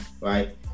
right